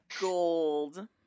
gold